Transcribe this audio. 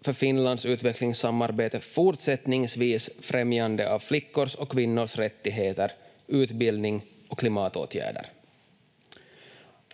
för Finlands utvecklingssamarbete fortsättningsvis främjandet av flickors och kvinnors rättigheter, utbildning och klimatåtgärder.